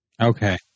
Okay